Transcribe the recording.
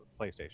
playstation